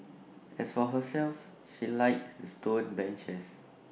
as for herself she likes the stone benches